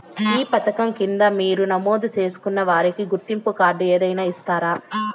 ఈ పథకం కింద పేరు నమోదు చేసుకున్న వారికి గుర్తింపు కార్డు ఏదైనా ఇస్తారా?